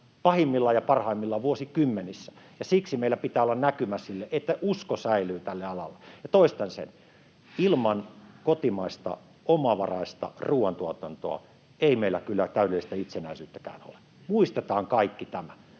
pahimmillaan ja parhaimmillaan vuosikymmenissä, ja siksi meillä pitää olla näkymä sille, että usko säilyy tälle alalle. Ja toistan sen: ilman kotimaista omavaraista ruoantuotantoa ei meillä kyllä täydellistä itsenäisyyttäkään ole. Muistetaan kaikki tämä.